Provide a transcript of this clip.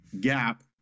gap